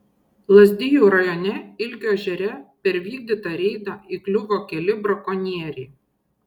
lazdijų rajone ilgio ežere per vykdytą reidą įkliuvo keli brakonieriai